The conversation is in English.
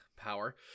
Power